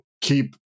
keep